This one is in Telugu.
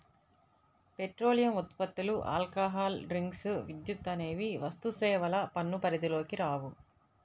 పెట్రోలియం ఉత్పత్తులు, ఆల్కహాల్ డ్రింక్స్, విద్యుత్ అనేవి వస్తుసేవల పన్ను పరిధిలోకి రావు